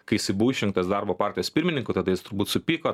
kai jisai buvo išrinktas darbo partijos pirmininku tada jis turbūt supyko